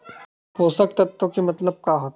पोषक तत्व के मतलब का होथे?